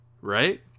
right